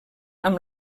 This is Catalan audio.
amb